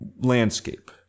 landscape